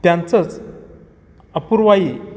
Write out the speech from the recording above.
त्यांचंच अपूर्वाई